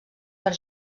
per